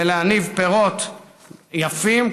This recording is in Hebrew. ולהניב פירות יפים,